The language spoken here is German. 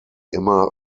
immer